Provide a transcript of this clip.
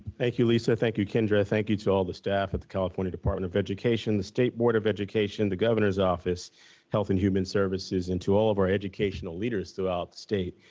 thank you, lisa. thank you, kindra. thank you to all the staff at the california department of education. the state board of education the governor's office health and human services. and to all of our educational leaders throughout the state.